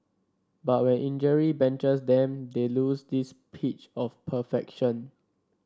but when injury benches them they lose this pitch of perfection